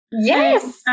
Yes